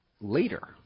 later